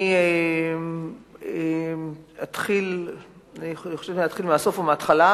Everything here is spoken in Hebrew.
1 3. אני חושבת אם להתחיל מהסוף או מההתחלה,